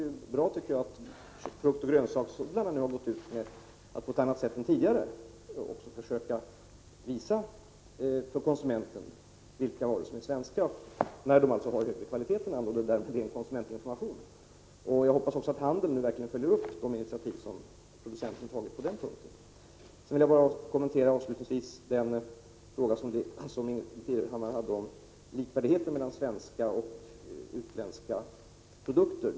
Det är bra att fruktoch grönsaksodlarna nu har gått ut och på ett annat sätt än tidigare försöker visa för konsumenten vilka varor som är svenska och genom konsumentinformation framhäver varor med högre kvalitet. Jag hoppas också att handeln nu följer upp det initiativ som producenten har tagit i detta avseende. Avslutningsvis vill jag bara kommentera Ingbritt Irhammars fråga om likvärdigheten mellan svenska och utländska produkter.